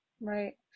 Right